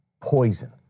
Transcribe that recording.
poison